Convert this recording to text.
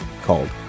called